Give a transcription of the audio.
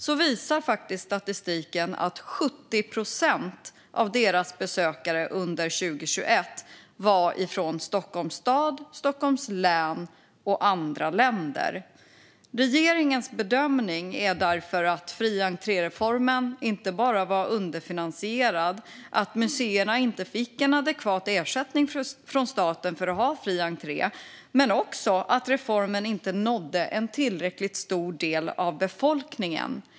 Här visar statistiken att 70 procent av besökarna under 2021 var från Stockholms stad, Stockholms län och andra länder. Regeringens bedömning är därför att fri entré-reformen inte bara var underfinansierad och att museerna inte fick en adekvat ersättning från staten för att ha fri entré utan också att reformen inte nådde en tillräckligt stor del av befolkningen.